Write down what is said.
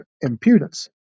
impudence